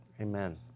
Amen